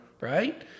right